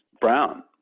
brown